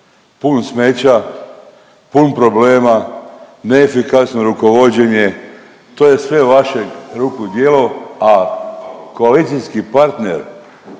Pun smeća, pun problema, neefikasno rukovođenje to je sve vašeg ruku djelo, a koalicijski partner